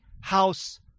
house